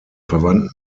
verwandten